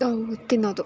ನಾವು ತಿನ್ನೋದು